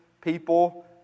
people